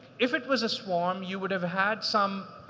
if it was a swarm, you would have had some,